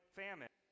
famine